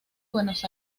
buenos